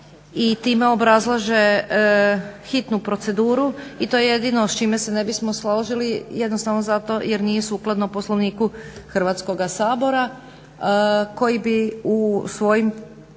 i time obrazlaže hitnu proceduru i to je jedino s čime se ne bismo složili jednostavno zato jer nije sukladno Poslovniku Hrvatskoga sabora koji bi u svojem